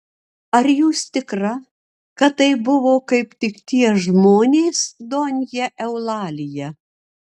ar jūs tikra kad tai buvo kaip tik tie žmonės donja eulalija